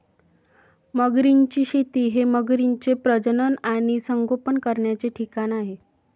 मगरींची शेती हे मगरींचे प्रजनन आणि संगोपन करण्याचे ठिकाण आहे